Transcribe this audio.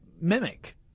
mimic